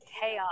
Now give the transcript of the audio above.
chaos